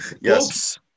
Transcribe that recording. Yes